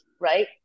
right